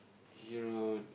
hero